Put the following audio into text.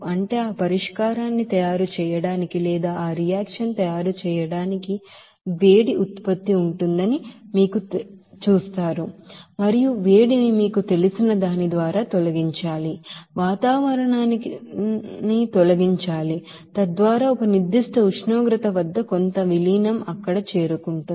అంటే ఆ పరిష్కారాన్ని తయారు చేయడానికి వేడి ఉత్పత్తి ఉంటుందని మీరు చూస్తారు మరియు వేడిని మీకు తెలిసిన దాని ద్వారా తొలగించాలి వాతావరణానికి తొలగించాలి తద్వారా ఒక నిర్దిష్ట ఉష్ణోగ్రత వద్ద కొంత విలీనం అక్కడ చేరుకుంటుంది